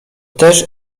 też